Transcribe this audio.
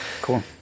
Cool